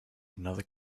another